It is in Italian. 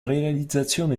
realizzazione